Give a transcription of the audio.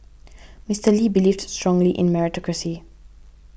Mister Lee believed strongly in meritocracy